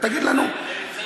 תגיד לנו,